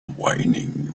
whinnying